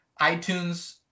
iTunes